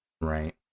Right